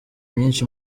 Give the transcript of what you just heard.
myinshi